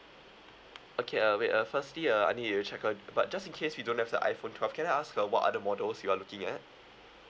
okay uh wait ah firstly uh I need to check on but just in case we don't have the iphone twelve can I ask uh what other models you are looking at